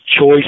choice